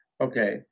Okay